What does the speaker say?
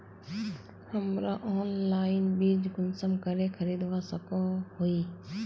हमरा ऑनलाइन बीज कुंसम करे खरीदवा सको ही?